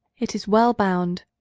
it is well bound,